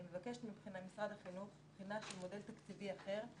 אני מבקשת ממשרד החינוך בחינה של מודל תקציבי אחר,